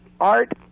art